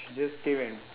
she just came and